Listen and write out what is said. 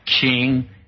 king